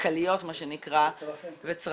כלכליות מה שנקרא וצרכים.